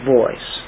voice